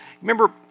Remember